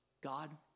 God